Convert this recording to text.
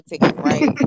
right